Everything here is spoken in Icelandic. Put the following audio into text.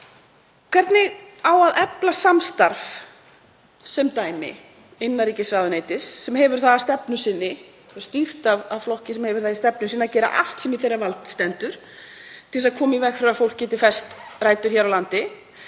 Hvernig á að efla samstarf, sem dæmi innanríkisráðuneytis, sem er stýrt af flokki sem hefur það í stefnu sinni að gera allt sem í hans valdi stendur til að koma í veg fyrir að fólk geti fest rætur hér á landi?